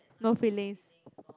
no feelings